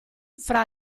fra